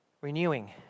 renewing